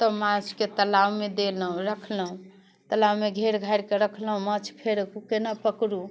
तब माछके तलाबमे देलहुँ रखलहुँ तलाबमे घेर घारिके रखलहुँ माछ फेर केना पकड़ू